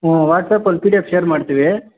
ಹ್ಞೂ ವಾಟ್ಸಾಪಲ್ಲಿ P D F share ಮಾಡ್ತೀವಿ